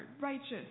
righteous